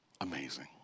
amazing